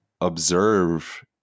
observe